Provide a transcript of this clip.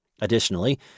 Additionally